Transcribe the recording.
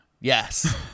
Yes